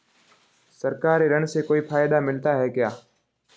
सरकारी ऋण से कोई फायदा मिलता है क्या?